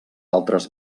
altres